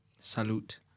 Salute